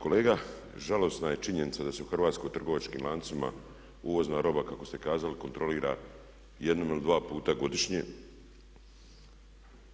Kolega, žalosna je činjenica da se u Hrvatsku u trgovačkim lancima uvozna roba kako ste kazali kontrolira jednom ili dvaput godišnje